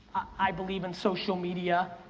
i believe in social media.